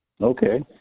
Okay